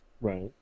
Right